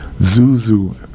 Zuzu